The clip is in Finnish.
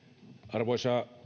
arvoisa